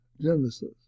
Genesis